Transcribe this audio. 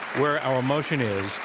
where our motion is,